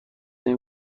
این